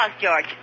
George